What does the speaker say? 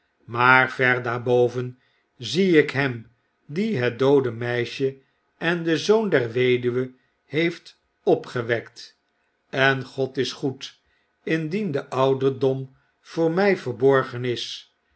maar ver daarboven zie ik hem die het doode meisjeenden zoon der weduwe heeft opgewekt en god is goed indien de ouderdom voor my verborgen is